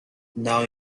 now